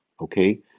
okay